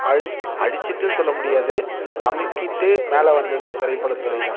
அழிச்சிட்டுன்னு சொல்ல முடியாது அமிக்கிட்டு மேலே வந்தது திரைப்பட துறை தான்